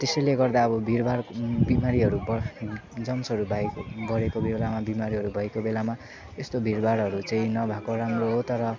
त्यसैले गर्दा अब भिडभाड बिमारीहरूबाट जम्सहरू भाइ बढेको बेला बिमारीहरू भएको बेलामा यस्तो भिडभाडहरू चाहिँ नभएको राम्रो हो तर